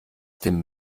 dem